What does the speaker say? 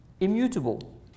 immutable